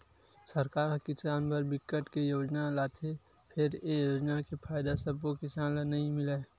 सरकार ह किसान बर बिकट के योजना लाथे फेर ए योजना के फायदा सब्बो किसान ल नइ मिलय